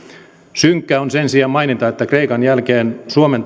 synkkä on sen sijaan maininta että kreikan jälkeen suomen